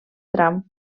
tram